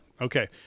Okay